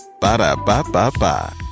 Ba-da-ba-ba-ba